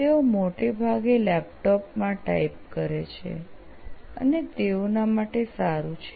તેઓ મોટે ભાગે લેપટોપ માં ટાઇપ કરે છે અને તેઓના માટે સારું છે